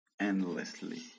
endlessly